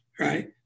Right